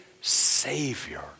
savior